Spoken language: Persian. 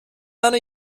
منو